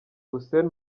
hussein